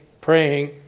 praying